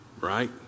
right